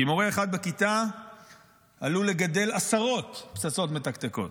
כי מורה אחד בכיתה עלול לגדל עשרות פצצות מתקתקות.